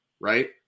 right